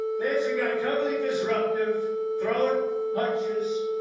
there's a guy totally disruptive throwing punches.